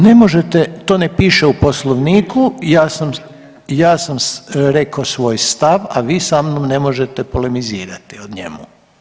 Ne možete, to ne piše u Poslovniku, ja sam, ja sam rekao svoj stav, a vi sa mnom ne možete polemizirati o njemu.